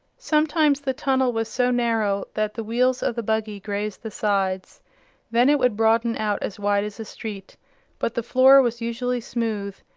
sometimes the tunnel was so narrow that the wheels of the buggy grazed the sides then it would broaden out as wide as a street but the floor was usually smooth,